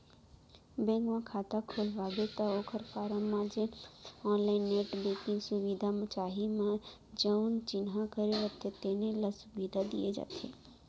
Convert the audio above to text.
bank म खाता खोलवाबे त ओकर फारम म जेन मनसे ऑनलाईन नेट बेंकिंग सुबिधा चाही म जउन चिन्हा करे रथें तेने ल सुबिधा दिये जाथे